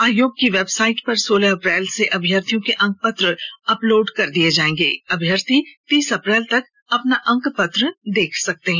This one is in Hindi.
आयोग की वेबसाइट पर सोलह अप्रैल से अभ्यर्थियों के अंक पत्र अपलोड कर दिए जाएंगे अभ्यर्थी तीस अप्रैल तक अपना अंकपत्र देख सकते हैं